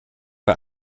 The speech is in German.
bei